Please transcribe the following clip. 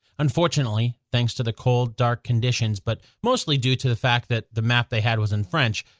unfortunately, thanks to the cold, dark conditions but mostly due to the fact that the map they had was in french,